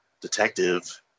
detective